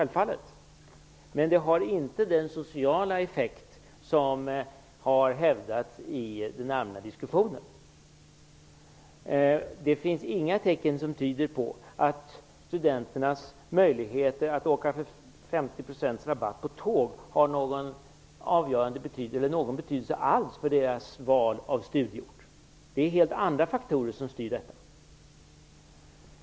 Men det har inte den sociala effekt som har hävdats i den allmänna diskussionen. Det finns inga tecken som tyder på att studenternas möjligheter att få 50 % rabatt på tåg har någon betydelse alls för deras val av studieort. Det är helt andra faktorer som styr detta.